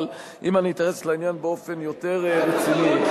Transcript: אבל אם אני אתייחס לעניין באופן יותר רציני,